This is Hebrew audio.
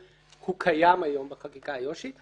הוא קיים היום בחקיקה האיו"שית,